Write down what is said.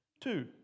two